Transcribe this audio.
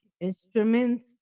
instruments